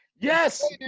Yes